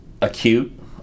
acute